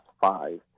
five